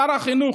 שר החינוך,